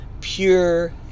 Pure